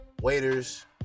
waiters